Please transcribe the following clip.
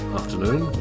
afternoon